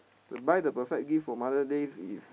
buy the perfect gift for mother days is